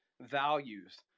values